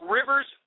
Rivers